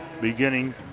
beginning